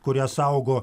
kurią saugo